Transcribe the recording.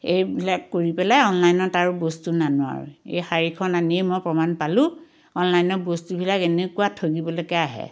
এইবিলাক কৰি পেলাই অনলাইনত আৰু বস্তু নানোঁ আৰু এই শাৰীখন আনিয়েই মই প্ৰমাণ পালোঁ অনলাইনৰ বস্তুবিলাক এনেকুৱা ঠগিবলৈকে আহে